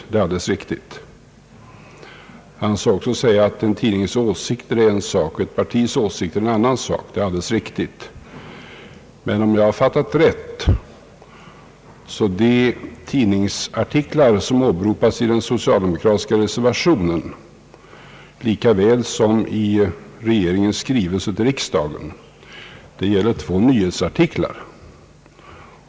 Det är alldeles riktigt. En tidnings åsikter är en sak och ett partis åsikter en annan sak. Men de tidningsartiklar som åberopas i den socialdemokratiska reservationen och i regeringens skrivelse till riksdagen är, om jag fattat rätt, två nyhetsartiklar.